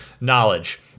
knowledge